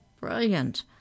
brilliant